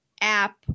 App